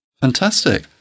Fantastic